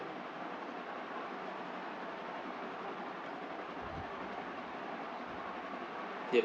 yup